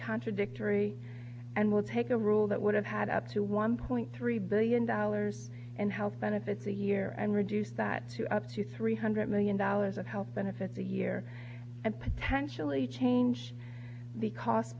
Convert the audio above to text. contradictory and will take a rule that would have had up to one point three billion dollars in health benefits a year and reduce that to up to three hundred million dollars of health benefits a year and potentially change the cost